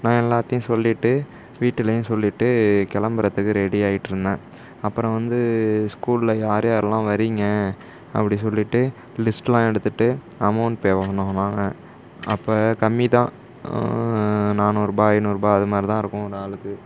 நான் எல்லத்தையும் சொல்லிவிட்டு வீட்டுலேயும் சொல்லிவிட்டு கிளம்புறதுக்கு ரெடி ஆகிவிட்டு இருந்தேன் அப்புறம் வந்து ஸ்கூலில் யார் யார்லாம் வரீங்க அப்படி சொல்லிவிட்டு லிஸ்ட்லாம் எடுத்துகிட்டு அமௌண்ட் பே பண்ண சொன்னாங்க அப்போ கம்மி தான் நானூறுபா ஐநூறுபா அது மாதிரி தான் இருக்கும் ஒரு ஆளுக்கு